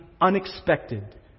unexpected